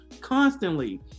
constantly